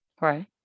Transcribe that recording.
Right